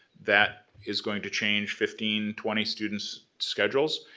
that is going to change fifteen, twenty students' schedules,